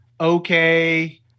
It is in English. okay